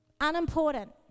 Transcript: unimportant